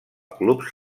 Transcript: clubs